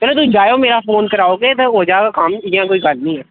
चलो तुस जाएओ मेरा फोन करूड़ेओ ते हो जाएग काम इ'यां कोई गल्ल निं ऐ